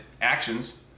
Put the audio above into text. actions